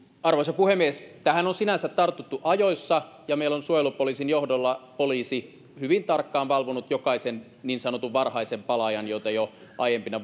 arvoisa puhemies tähän on sinänsä tartuttu ajoissa ja meillä poliisi on suojelupoliisin johdolla hyvin tarkkaan valvonut jokaisen niin sanotun varhaisen palaajan joita jo aiempina